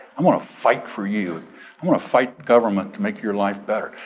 i wanna fight for you. i wanna fight government to make your life better.